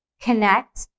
connect